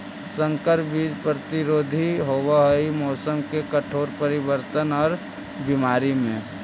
संकर बीज प्रतिरोधी होव हई मौसम के कठोर परिवर्तन और बीमारी में